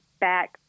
back